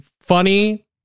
funny